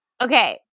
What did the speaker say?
Okay